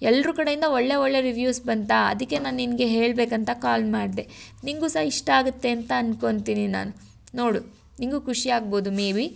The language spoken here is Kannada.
ಎಲ್ರ ಕಡೆಯಿಂದ ಒಳ್ಳೆಯ ಒಳ್ಳೆಯ ರಿವ್ಯೂವ್ಸ್ ಬಂತಾ ಅದಕ್ಕೆ ನಾನು ನಿನಗೆ ಹೇಳಬೇಕಂತ ಕಾಲ್ ಮಾಡಿದೆ ನಿನಗೂ ಸಹ ಇಷ್ಟ ಆಗುತ್ತೆ ಅಂತ ಅಂದ್ಕೋತಿನಿ ನಾನು ನೋಡು ನಿನಗೂ ಖುಷಿ ಆಗ್ಬೋದು ಮೇ ಬಿ